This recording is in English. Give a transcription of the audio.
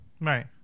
Right